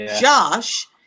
Josh